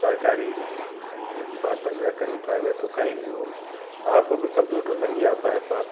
सरकारी डिपार्टमेंट या कहीं प्राइवेट हो कहीं भी हो आपको अगर कम्प्यूटर नहीं आता है तो आप